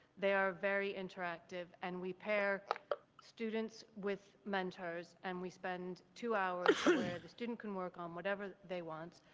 they are very interactive and we pair students students with mentors and we spend two hours where the student can work on whatever they want.